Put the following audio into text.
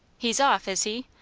he's off, is he?